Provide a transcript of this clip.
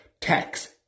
tax